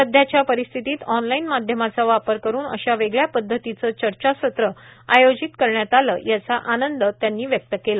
सध्याच्या परिस्थितीत ऑनलाईन माध्यमाचा वापर करून अशा वेगळ्या पदधतीचे चर्चासत्र आयोजित करण्यात आले याचा आनंद होत आहे